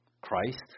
Christ